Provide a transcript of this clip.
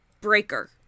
Breaker